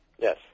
yes